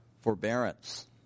forbearance